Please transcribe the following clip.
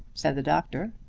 said the doctor.